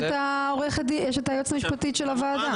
יש את היועצת המשפטית של הוועדה.